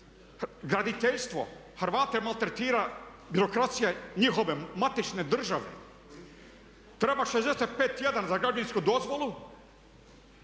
Graditeljstvo, Hrvate maltretira birokracija njihove matične države. Treba 65 tjedana za građevinsku dozvolu,